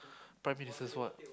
prime ministers wife